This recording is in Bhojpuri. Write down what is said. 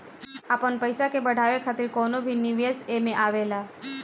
आपन पईसा के बढ़ावे खातिर कवनो भी निवेश एमे आवेला